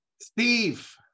Steve